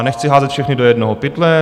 Nechci házet všechny do jednoho pytle.